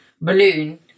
balloon